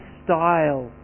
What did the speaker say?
style